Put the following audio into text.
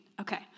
okay